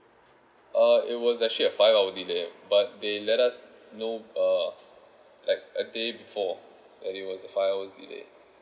uh it was actually a five hour delay but they let us know uh like a day before that it was a five hours delay